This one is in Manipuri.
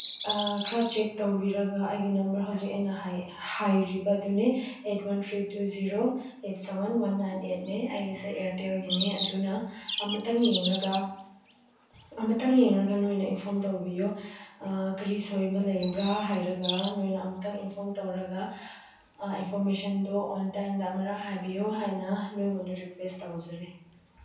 ꯈꯔ ꯆꯦꯛ ꯇꯧꯕꯤꯔꯒ ꯑꯩꯒꯤ ꯅꯝꯕꯔ ꯍꯧꯖꯤꯛ ꯑꯩꯅ ꯍꯥꯏꯔꯤꯕ ꯑꯗꯨꯅꯤ eight one three two zero eight seven one nine ꯑꯦꯠꯅꯤ ꯑꯩꯒꯤꯁꯦ ꯏꯌꯔꯇꯦꯜꯒꯤꯅꯦ ꯑꯗꯨꯅ ꯑꯃꯨꯛꯇꯪ ꯌꯦꯡꯂꯒ ꯑꯃꯨꯛꯇꯪ ꯌꯦꯡꯂꯒ ꯅꯣꯏꯅ ꯏꯟꯐ꯭ꯔꯣꯝ ꯇꯧꯕꯤꯌꯣ ꯀꯔꯤ ꯁꯣꯏꯕ ꯂꯩꯕ꯭ꯔ ꯍꯥꯏꯔꯒ ꯅꯣꯏꯅ ꯑꯃꯨꯛꯇꯪ ꯏꯟꯐꯣꯝ ꯇꯧꯔꯒ ꯏꯟꯐꯣꯔꯃꯦꯁꯟꯗꯣ ꯑꯣꯟ ꯇꯥꯏꯝꯗ ꯑꯃꯔꯛ ꯍꯥꯏꯕꯤꯌꯨ ꯍꯥꯏꯅ ꯅꯣꯏꯉꯣꯟꯗ ꯔꯤꯀ꯭ꯋꯦꯁ ꯇꯧꯖꯔꯤ